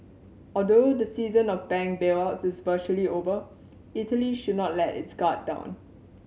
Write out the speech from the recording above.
although the season of bank bailouts is virtually over Italy should not let its guard down